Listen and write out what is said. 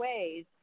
ways